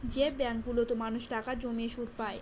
যে ব্যাঙ্কগুলোতে মানুষ টাকা জমিয়ে সুদ পায়